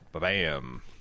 Bam